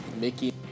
Mickey